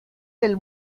del